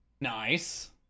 Nice